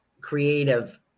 creative